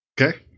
Okay